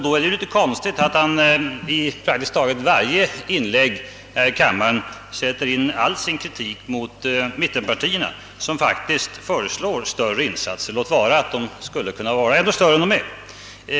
Då är det litet konstigt att han i praktiskt taget varje inlägg här i kammaren sätter in all sin kritik mot mittenpartierna, som faktiskt föreslår större insatser — låt vara att de kunde vara ännu större.